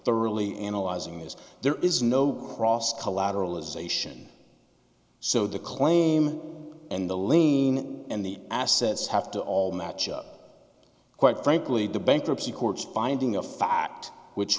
really analyzing is there is no cross collateral is ation so the claim and the lane and the assets have to all match up quite frankly the bankruptcy courts finding a fact which